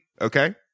okay